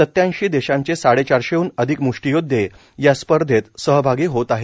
सत्याऐंशी देशांचे साड़े चारशेहन अधिक मुष्टीयोदधे या स्पर्धेत सहभागी होत आहेत